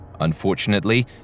Unfortunately